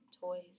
toys